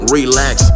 Relax